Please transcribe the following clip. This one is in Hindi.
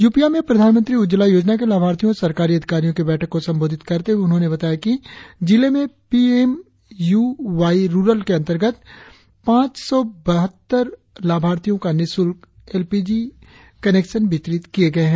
यूपिया में प्रधानमंत्री उज्ज्वला योजना के लाभार्थियों और सरकारी अधिकारियों की बैठक को संबोधित करते हुए उन्होंने बताया कि जिले में P M U Y rural के अंतर्गत पांच सौ बहत्तर लाभार्थियों को निशुल्क एल पी जी कनेक्शन वितरित किये गए है